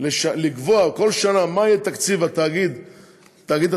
לקבוע כל שנה מה יהיה תקציב תאגיד התקשורת,